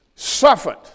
Suffered